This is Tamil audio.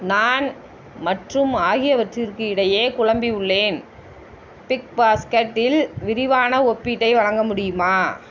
நான் மற்றும் ஆகியவற்றிற்கு இடையே குழம்பிவுள்ளேன் பிக்பாஸ்கெட்டில் விரிவான ஒப்பீட்டை வழங்க முடியுமா